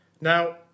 Now